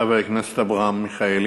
חבר הכנסת אברהם מיכאלי.